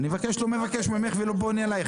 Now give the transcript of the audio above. אני לא מבקש ממך ולא בונה עליך.